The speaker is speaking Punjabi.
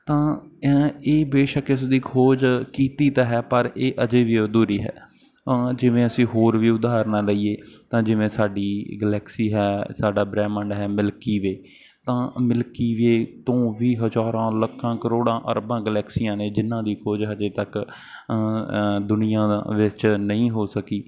ਤਾਂ ਇਹ ਬੇਸ਼ੱਕ ਇਸ ਦੀ ਖੋਜ ਕੀਤੀ ਤਾਂ ਹੈ ਪਰ ਇਹ ਅਜੇ ਵੀ ਅਧੂਰੀ ਹੈ ਜਿਵੇਂ ਅਸੀਂ ਹੋਰ ਵੀ ਉਦਾਹਰਣਾ ਲਈਏ ਤਾਂ ਜਿਵੇਂ ਸਾਡੀ ਗਲੈਕਸੀ ਹੈ ਸਾਡਾ ਬ੍ਰਹਿਮੰਡ ਹੈ ਮਿਲਕੀ ਵੇ ਤਾਂ ਮਿਲਕੀ ਵੇ ਤੋਂ ਵੀ ਹਜ਼ਾਰਾਂ ਲੱਖਾਂ ਕਰੋੜਾਂ ਅਰਬਾਂ ਗਲੈਕਸੀਆਂ ਨੇ ਜਿਨਾਂ ਦੀ ਖੋਜ ਹਜੇ ਤੱਕ ਦੁਨੀਆਂ ਵਿੱਚ ਨਹੀਂ ਹੋ ਸਕੀ